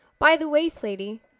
by the way, slaty,